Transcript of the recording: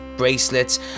bracelets